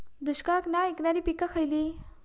दुष्काळाक नाय ऐकणार्यो पीका खयली?